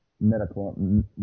medical